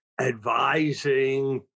advising